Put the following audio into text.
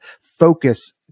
focus